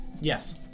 Yes